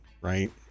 right